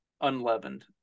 unleavened